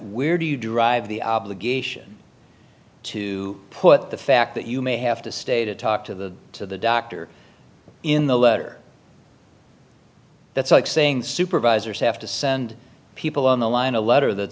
where do you derive the obligation to put the fact that you may have to stay to talk to the to the doctor in the letter that's like saying supervisors have to send people on the line a letter that